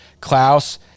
Klaus